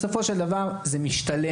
בסופו של דבר, זה משתלם.